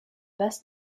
best